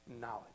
knowledge